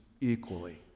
equally